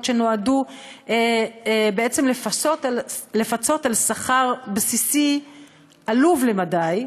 שנועדו בעצם לפצות על שכר בסיסי עלוב למדי.